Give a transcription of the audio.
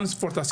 גם ספורט עשינו.